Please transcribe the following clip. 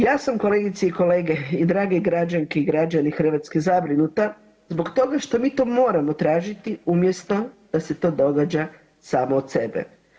Ja sam kolegice i kolege i drage građanke i građani Hrvatske zabrinuta zbog toga što mi to moramo tražiti umjesto da se to događa samo od sebe.